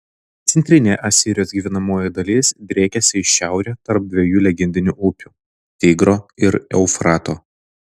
centrinė asirijos gyvenamoji dalis driekėsi į šiaurę tarp dviejų legendinių upių tigro ir eufrato